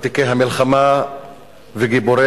ותיקי המלחמה וגיבוריה,